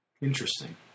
Interesting